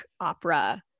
opera